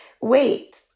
wait